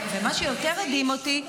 מה שיותר הדהים אותי,